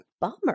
bummer